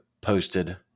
posted